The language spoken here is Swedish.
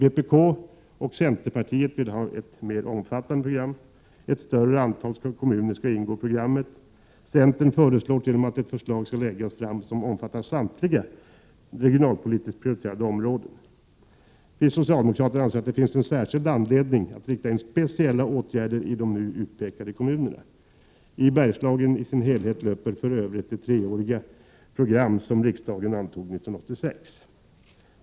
Vpk och centerpartiet vill ha ett mer omfattande program: Ett större antal kommuner skall ingå i programmet. Centern föreslår t.o.m. att ett förslag skall läggas fram som omfattar samtliga regionalpolitiskt prioriterade områden. Vi socialdemokrater anser att det finns särskild anledning att rikta in speciella åtgärder på de nu utpekade kommunerna. I Bergslagen i dess helhet löper för övrigt det treårsprogram som riksdagen antog år 1986.